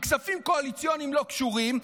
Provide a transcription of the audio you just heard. עם כספים קואליציוניים לא קשורים,